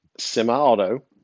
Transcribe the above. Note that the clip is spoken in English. semi-auto